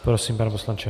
Prosím, pane poslanče.